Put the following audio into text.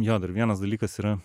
jo dar vienas dalykas yra